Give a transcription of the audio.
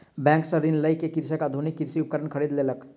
bank सॅ ऋण लय के कृषक आधुनिक कृषि उपकरण खरीद लेलक